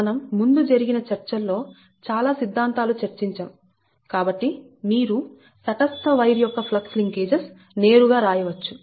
మనం ముందు జరిగిన చర్చల్లో చాలా సిద్ధాంతాలు చర్చించాం కాబట్టి మీరు తటస్థ వైర్ యొక్క ఫ్లక్స్ లింకేజెస్ నేరుగా రాయవచ్చు